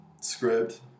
Script